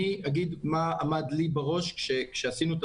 אני אגיד מה עמד לי בראש כשעשינו את